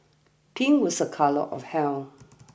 pink was a colour of health